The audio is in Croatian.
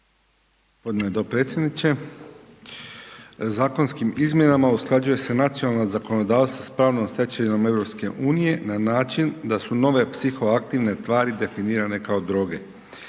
Gospodine dopredsjedniče. Zakonskim izmjenama usklađuje se nacionalno zakonodavstvo s pravnom stečevinom EU, na način da su nove psihoaktivne tvari definirane kao droge.